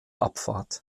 abfahrt